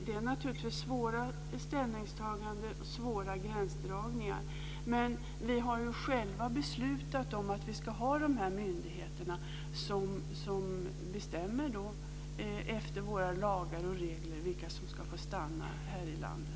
Det är naturligtvis svåra ställningstaganden och svåra gränsdragningar, men vi har själva beslutat om att vi ska ha dessa myndigheter som bestämmer efter våra lagar och regler vilka som ska få stanna här i landet.